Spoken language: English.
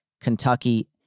Kentucky